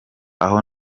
aho